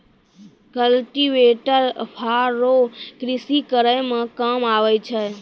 cultivator फार रो कृषि करै मे काम आबै छै